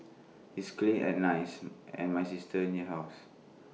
it's clean and nice and my sister near house